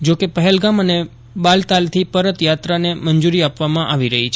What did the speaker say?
જોકે પહેલગામ અને બાલતાલથી પરત યાત્રાને યંજૂરી આપવામાં આવી રહી છે